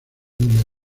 del